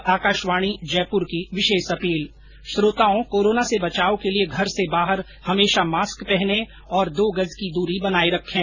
और अब आकाशवाणी जयपुर की विशेष अपील श्रोताओं कोरोना से बचाव ँ के लिए घर से बाहर हमेशा मास्क पहने और दो गज की दूरी बनाए रखें